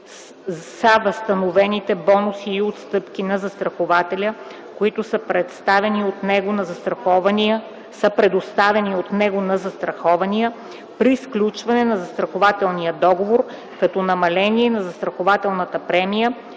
са възстановените бонуси и отстъпки на застрахователя, които са предоставени от него на застрахования при сключване на застрахователния договор като намаление на застрахователната премия